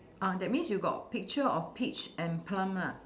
uh that means you got picture of peach and plum lah